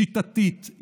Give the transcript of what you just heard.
שיטתית,